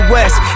West